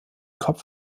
kopf